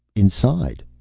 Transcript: inside.